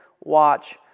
watch